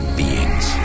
beings